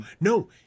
no